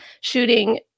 shooting